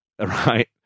right